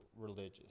religious